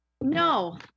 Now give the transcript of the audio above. No